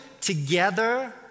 Together